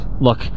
Look